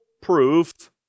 proof